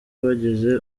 bageza